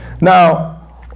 Now